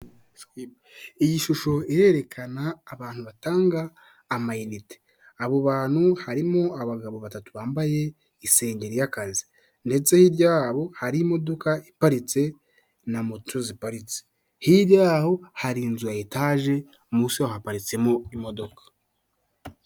Iyi shusho irerekana abantu batanga amayinite abo bantu harimo abagabo batatu bambaye isengeri y'akazi ndetse hirya yabo hari imodoka iparitse na moto ziparitse, hirya yaho hari inzu ya etage munsi yaho haparitsemo imodoka.